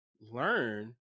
learn